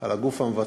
על הגוף המבצע,